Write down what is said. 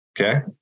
Okay